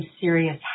serious